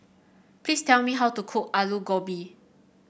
please tell me how to cook Alu Gobi